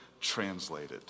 translated